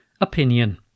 Opinion